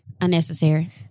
unnecessary